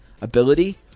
ability